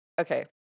okay